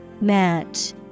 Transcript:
Match